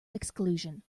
exclusion